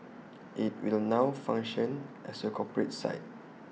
IT will now function as A corporate site